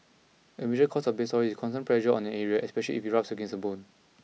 a major cause of bed sores is constant pressure on an area especially if it rubs against the bone